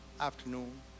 afternoon